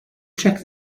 check